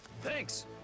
Thanks